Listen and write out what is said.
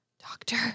Doctor